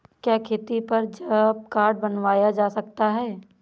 क्या खेती पर जॉब कार्ड बनवाया जा सकता है?